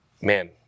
man